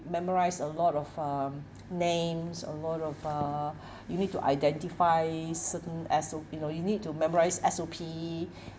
memorise a lot of um names a lot of uh you need to identify certain as~ uh you know you need to memorise S_O_P